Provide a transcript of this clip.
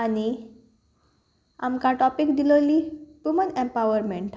आनी आमकां टॉपीक दिलोली वुमन एम्पावरमेंट